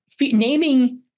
naming